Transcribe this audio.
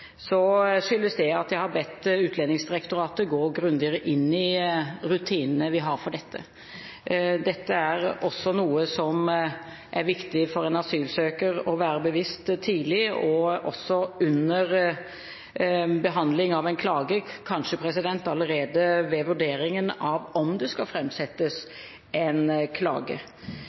skyldes det at jeg har bedt Utlendingsdirektoratet gå grundigere inn i rutinene vi har for dette. Dette er også noe som er viktig for en asylsøker å være bevisst tidlig, også under behandling av en klage – kanskje allerede ved vurderingen av om det skal framsettes en klage.